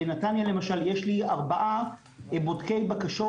בנתניה למשל יש לי ארבעה בודקי בקשות,